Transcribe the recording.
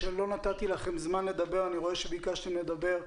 אני רואה שביקשתם לדבר,